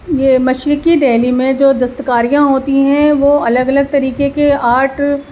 یہ مشرقی دہلی میں جو دستکاریاں ہوتی ہیں وہ الگ الگ طریقے کے آرٹ